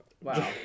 wow